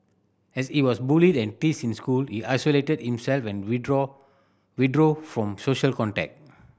as he was bullied and teased in school he isolated himself and withdraw withdrew from social contact